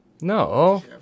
No